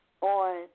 on